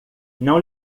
não